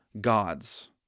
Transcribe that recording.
gods